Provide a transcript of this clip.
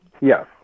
Yes